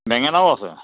বেঙেনাও আছে